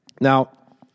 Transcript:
Now